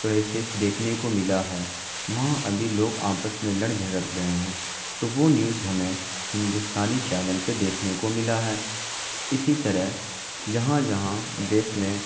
crisis دیکھنے کو ملا ہے وہاں ابھی لوگ آپس میں لڑ جھگڑ رہے ہیں تو وہ نیوز ہمیں ہندوستانی چینل پہ دیکھنے کو ملا ہے اسی طرح جہاں جہاں دیس میں